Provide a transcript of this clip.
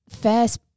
first